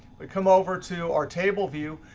we come over to our table view.